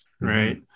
right